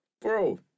Bro